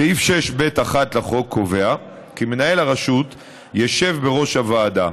סעיף 6(ב)(1) לחוק קובע כי מנהל הרשות ישב בראש הוועדה.